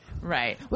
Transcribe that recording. Right